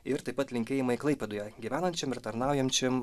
ir taip pat linkėjimai klaipėdoje gyvenančiam ir tarnaujančiam